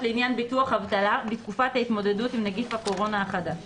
לעניין ביטוח אבטלה בתקופת ההתמודדות עם נגיף הקורונה החדש